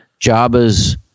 Jabba's